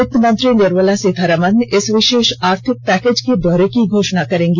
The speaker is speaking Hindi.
वित्त मंत्री निर्मला सीतारामन इस विशेष आर्थिक पैकेज के ब्यौरे की घोषणा करेंगी